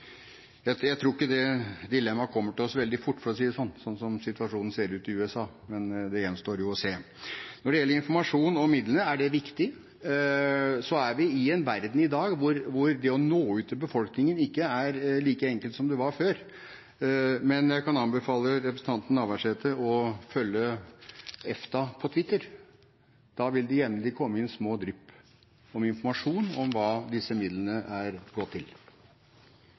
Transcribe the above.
Jeg tror ikke det dilemmaet kommer til oss veldig fort, for å si det på den måten, slik som situasjonen ser ut i USA, men det gjenstår å se. Når det gjelder informasjon om midlene, er det viktig. Så er vi i en verden i dag hvor det å nå ut til befolkningen ikke er like enkelt som det var før, men jeg kan anbefale representanten Navarsete å følge EFTA på Twitter. Da vil det jevnlig komme inn små drypp om informasjon om hva disse midlene er gått til.